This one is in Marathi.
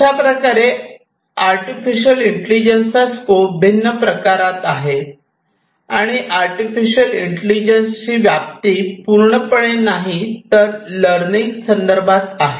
अशा प्रकारे आर्टिफिशियल इंटेलिजन्स चा स्कोप भिन्न प्रकारात आहे आणि आर्टिफिशियल इंटेलिजन्स ची व्याप्ती पूर्णपणे नाही तर लर्निंग संदर्भात आहे